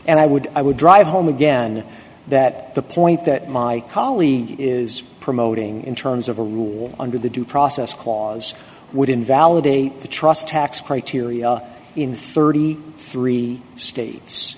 and i would i would drive home again that the point that my colleague is promoting in terms of a rule under the due process clause would invalidate the trust tax criteria in thirty three states